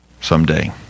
someday